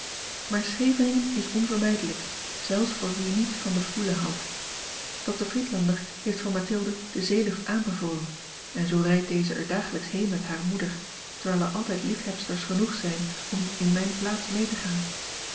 maar scheveningen is onvermijdelijk zelfs voor wie niet van de foule houdt dr friedlander heeft voor mathilde de zeelucht aanbevolen en zoo rijdt deze er dagelijks heen met hare moeder terwijl er altijd liefhebsters genoeg zijn om in mijne plaats mee te gaan